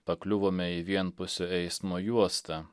pakliuvome į vienpusio eismo juostą